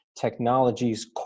Technologies